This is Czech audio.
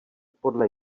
podle